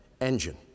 engine